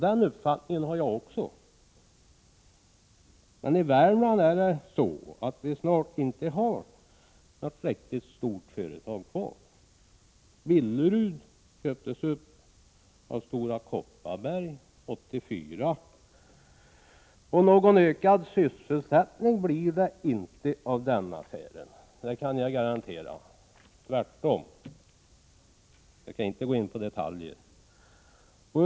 Den uppfattningen har också jag. Men i Värmland har vi snart inte något riktigt stort företag kvar. Billerud köptes ju upp av Stora Kopparberg år 1984, och någon ökad sysselsättning blir det inte genom den affären — tvärtom. Jag skall emellertid inte gå in på några detaljer här.